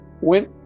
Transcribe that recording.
went